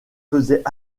faisait